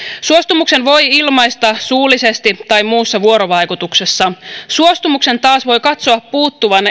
suostumuksen voi ilmaista suullisesti tai muussa vuorovaikutuksessa suostumuksen taas voi katsoa puuttuvan